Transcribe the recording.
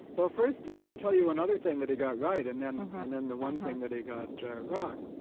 well, first let me tell you another thing that he got right and then and then the one thing that he got wrong.